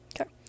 okay